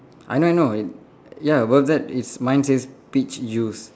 I know I know it ya well that it's mine says peach juice